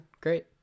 great